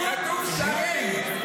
כתוב "שרים", כתוב "שרים".